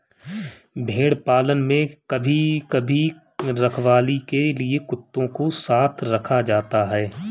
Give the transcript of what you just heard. भेड़ पालन में कभी कभी रखवाली के लिए कुत्तों को साथ रखा जाता है